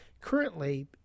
Currently